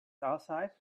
outside